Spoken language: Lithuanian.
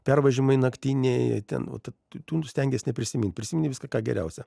pervažiavimai naktiniai ten o tai tų tų stengies neprisimint prisimeni viską ką geriausia